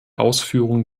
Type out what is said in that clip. ausführung